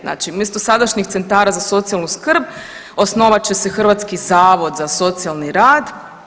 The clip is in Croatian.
Znači umjesto sadašnjih centara za socijalnu skrb osnovat će se hrvatski zavod za socijalni rad.